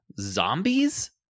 zombies